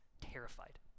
terrified